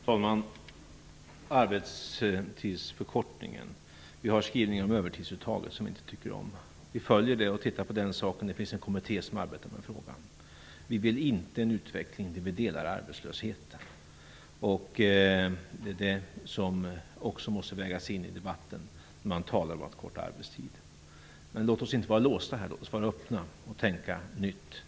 Fru talman! När det gäller arbetstidsförkortningen kan jag säga att vi har skrivningar om övertidsuttaget som vi inte tycker om. Vi följer detta och tittar på den saken. Det finns en kommitté som arbetar med frågan. Vi vill inte ha en utveckling där vi delar på arbetslösheten. Det måste också vägas in i debatten när man talar om att förkorta arbetstiden. Men låt oss inte vara låsta här! Låt oss vara öppna och tänka nytt!